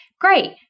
Great